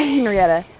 henrietta.